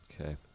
Okay